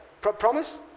Promise